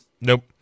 Nope